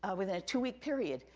ah within a two-week period,